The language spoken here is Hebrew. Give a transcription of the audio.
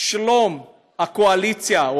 שלום הקואליציה,